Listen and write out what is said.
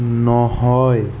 নহয়